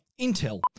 Intel